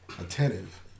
attentive